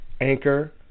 Anchor